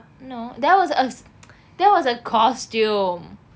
no that was a that was a costume